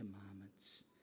commandments